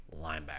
linebacker